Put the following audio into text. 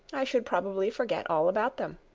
i should probably forget all about them.